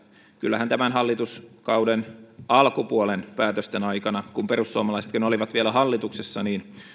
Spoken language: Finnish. kyllähän tämän hallituskauden alkupuolen päätösten aikana kun perussuomalaisetkin olivat vielä hallituksessa